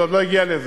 זה עוד לא הגיע לזה,